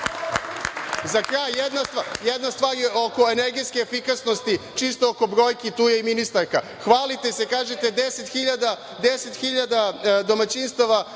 kraj jedna stvar oko energetske efikasnosti, čisto oko brojki. Tu je i ministarka. Hvalite se, kažete 10.000 domaćinstava